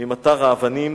ממטר האבנים